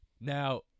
now